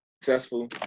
Successful